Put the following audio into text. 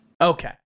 Okay